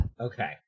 Okay